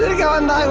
ah go and